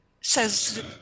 says